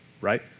right